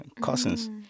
cousin's